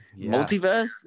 Multiverse